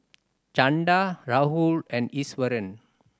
Chanda Rahul and Iswaran